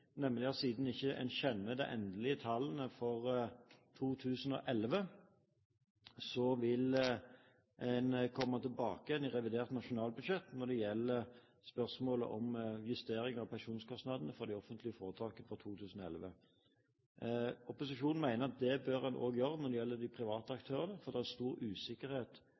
nemlig at siden en ikke kjenner de endelige tallene for 2011, vil en komme tilbake igjen i revidert nasjonalbudsjett når det gjelder spørsmålet om justering av pensjonskostnadene for de offentlige foretakene for 2011. Opposisjonen mener at det bør en også gjøre når det gjelder de private aktørene, for det er stor usikkerhet